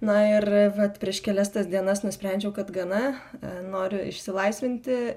na ir vat prieš kelias tas dienas nusprendžiau kad gana noriu išsilaisvinti